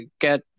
get